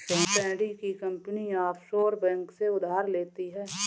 Sandy की company offshore bank से उधार लेती है